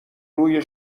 روی